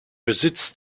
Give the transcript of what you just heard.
besitz